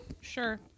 sure